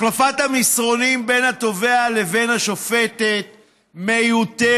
החלפת המסרונים בין התובע לבין השופטת מיותרת,